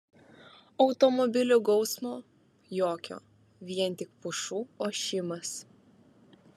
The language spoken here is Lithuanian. automobilių gausmo jokio vien tik pušų ošimas